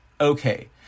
Okay